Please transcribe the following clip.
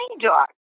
dog